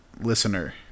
listener